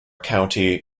county